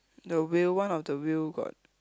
the wheel one of the wheel got